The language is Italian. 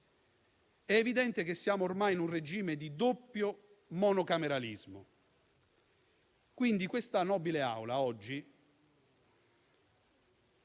È evidente che siamo ormai in un regime di doppio monocameralismo, per cui questa nobile Assemblea,